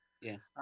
Yes